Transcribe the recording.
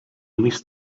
miss